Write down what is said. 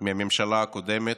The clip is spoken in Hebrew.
מהממשלה הקודמת,